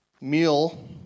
meal